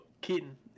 Keaton